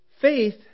faith